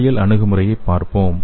உடலியல் அணுகுமுறையைப் பார்ப்போம்